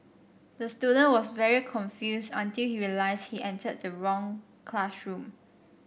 the student was very confused until he realised he entered the wrong classroom